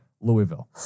louisville